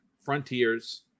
Frontiers